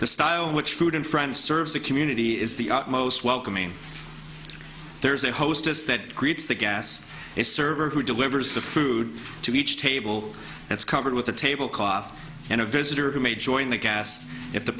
the style which food and friends serve the community is the most welcoming there's a hostess that greets the gas a server who delivers the food to each table that's covered with a table cloth and a visitor who may join the gas if the